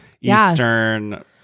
eastern